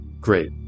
Great